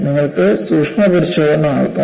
നിങ്ങൾക്ക് സൂക്ഷ്മപരിശോധന നടത്താം